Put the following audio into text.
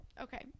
Okay